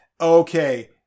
Okay